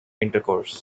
intercourse